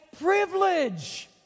privilege